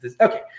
Okay